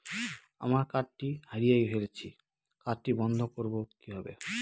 আমার কার্ডটি হারিয়ে ফেলেছি কার্ডটি বন্ধ করব কিভাবে?